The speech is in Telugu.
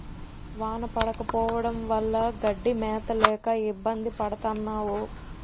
వాన పడకపోవడం వల్ల గడ్డి మేత లేక ఇబ్బంది పడతన్నావు